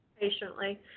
patiently